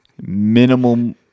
minimum